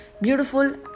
beautiful